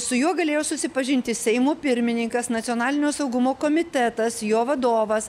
su juo galėjo susipažinti seimo pirmininkas nacionalinio saugumo komitetas jo vadovas